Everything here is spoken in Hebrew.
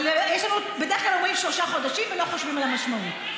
אבל בדרך כלל אומרים שלושה חודשים ולא חושבים על המשמעות.